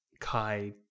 Kai